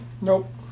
Nope